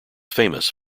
famous